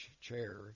chair